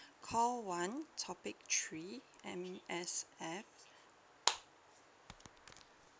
call one topic three M_S_F